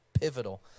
pivotal